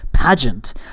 Pageant